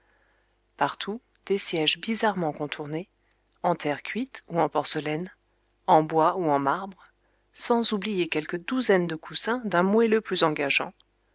partout des sièges bizarrement contournés en terre cuite ou en porcelaine en bois ou en marbre sans oublier quelques douzaines de coussins d'un moelleux plus engageant